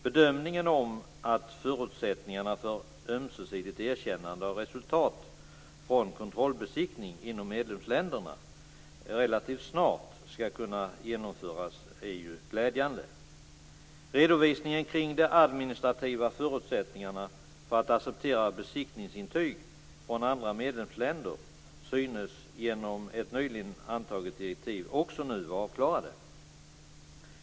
Bedömningen att det kommer att skapas förutsättningar för att ett ömsesidigt erkännande av resultat från kontrollbesiktning inom medlemsländerna relativt snart skall kunna genomföras är ju glädjande. Redovisningen kring de administrativa förutsättningarna för att acceptera besiktningsintyg från andra medlemsländer synes genom ett nyligen antaget direktiv också nu avklarad.